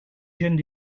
jeunes